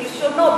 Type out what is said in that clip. בלשונו,